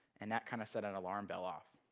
and that kind of set an alarm bell off.